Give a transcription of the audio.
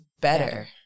better